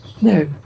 No